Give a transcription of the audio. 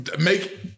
make